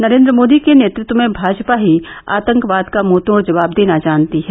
नरेन्द्र मोदी के नेतृत्व में भाजपा ही आतंकवाद का मुहतोड़ जवाब देना जानती है